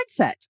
mindset